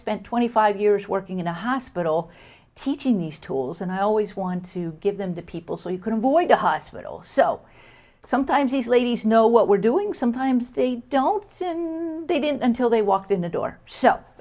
spent twenty five years working in a hospital teaching these tools and i always want to give them to people so you can avoid the hospital so sometimes these ladies know what we're doing sometimes they don't they didn't until they walked in the door s